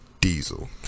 diesel